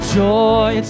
joy